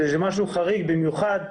שיש משהו חריג מיוחד.